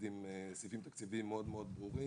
עובדים עם סעיפים תקציביים מאוד מאוד ברורים,